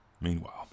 Meanwhile